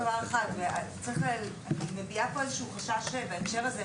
אני מביעה פה איזשהו חשש בהקשר הזה,